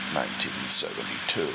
1972